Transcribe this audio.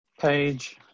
Page